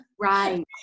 Right